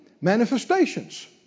manifestations